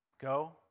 Go